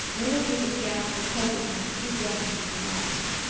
marilla gave a gasp of helplessness and took refuge in silence.